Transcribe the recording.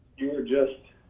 you're just